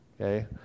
okay